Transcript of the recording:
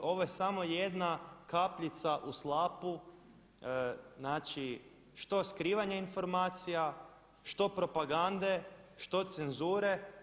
I ovo je samo jedna kapljica u slapu, znači što skrivanja informacija, što propagande, što cenzure.